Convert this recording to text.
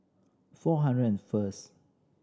four hundred and first